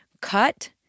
cut